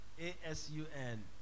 A-S-U-N